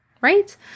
right